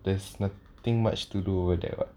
there's nothing much to do there [what]